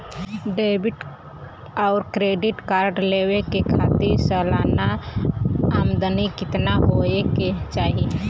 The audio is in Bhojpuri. डेबिट और क्रेडिट कार्ड लेवे के खातिर सलाना आमदनी कितना हो ये के चाही?